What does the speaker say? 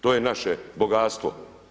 To je naše bogatstvo.